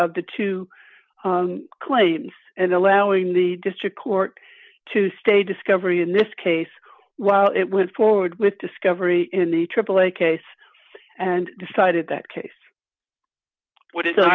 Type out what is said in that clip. of the two claims and allowing the district court to stay discovery in this case while it went forward with discovery in the triple a case and decided that case what is